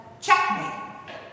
Checkmate